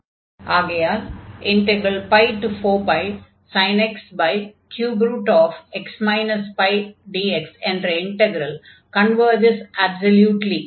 ஆகையால் 4πsin x 3x πdx என்ற integral converges absolutely